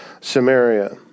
Samaria